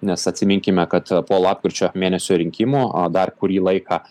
nes atsiminkime kad po lapkričio mėnesio rinkimų a dar kurį laiką